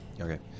Okay